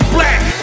Black